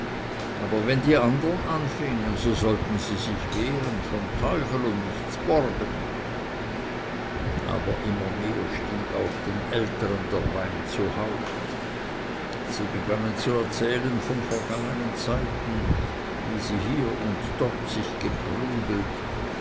aber wenn die andern anfängen so sollten sie sich wehren vom teufel und nichts borgen aber immer mehr stieg auch den ältern der wein zu haupt sie begannen zu erzählen von vergangenen zeiten wie sie hier und dort sich geprügelt